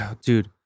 Dude